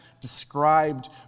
described